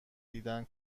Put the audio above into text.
دیدن